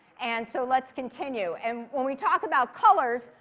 and so let's continue. and when we talk about colors,